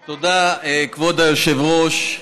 תודה, כבוד היושב-ראש.